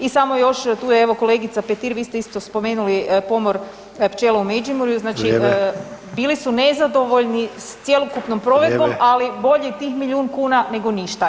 I samo još tu je evo kolegica Petir vi ste isto spomenuli pomor pčela u Međimurju [[Upadica Sanader: Vrijeme.]] znači bili su nezadovoljni s cjelokupnom provedbom, ali bolje tih milijun kuna nego ništa.